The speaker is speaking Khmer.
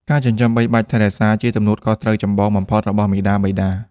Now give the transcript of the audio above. ការចិញ្ចឹមបីបាច់ថែរក្សាជាទំនួលខុសត្រូវចម្បងបំផុតរបស់មាតាបិតា។